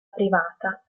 privata